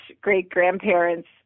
great-grandparents